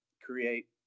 create